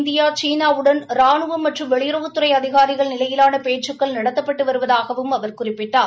India சீனாவுடன் ராணுவம் மற்றும் வெளியுறவுத்துறை அதிகாரிகள் நிலையிலான பேச்சுக்கள் நடத்தப்பட்டு வருவதாகவும் அவர் குறிப்பிட்டார்